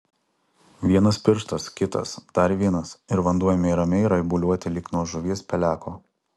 vienas pirštas kitas dar vienas ir vanduo ėmė ramiai raibuliuoti lyg nuo žuvies peleko